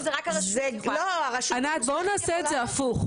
בואו נעשה את זה הפוך.